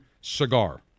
cigar